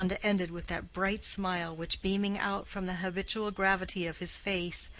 deronda ended with that bright smile which, beaming out from the habitual gravity of his face,